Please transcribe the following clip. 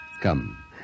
Come